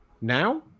now